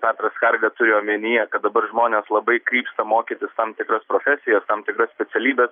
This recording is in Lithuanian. petras skarga turi omenyje kad dabar žmonės labai krypsta mokytis tam tikras profesijas tam tikras specialybes